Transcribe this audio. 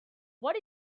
what